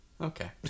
Okay